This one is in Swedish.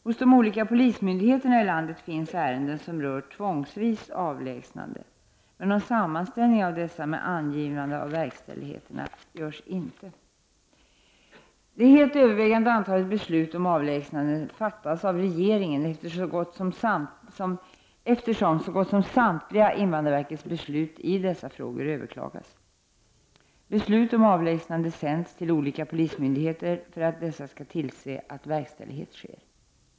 Hos de olika polismyndigheterna i landet finns ärenden som rör avlägsnande tvångsvis, men någon sammanställning av dessa med angivande av verkställigheterna görs inte. Det helt övervägande antalet beslut om avlägsnande fattas av regeringen, eftersom så gott som samtliga invandrarverkets beslut i dessa frågor överklagas. Beslut om avlägsnande sänds till olika polismyndigheter för att dessa skall tillse att verkställighet sker.